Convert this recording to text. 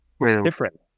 different